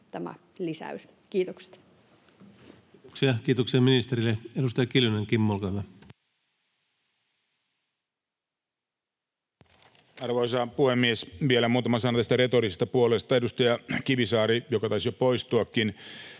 maihin. — Kiitokset. Kiitoksia ministerille. — Edustaja Kiljunen, Kimmo, olkaa hyvä. Arvoisa puhemies! Vielä muutama sana tästä retorisesta puolesta. Edustaja Kivisaari, joka taisi jo poistuakin,